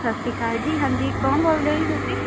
ਸਤਿ ਸ਼੍ਰੀ ਅਕਾਲ ਜੀ ਹਾਂਜੀ ਕੌਣ ਬੋਲਦੇ ਹੋ ਜੀ ਤੁਸੀਂ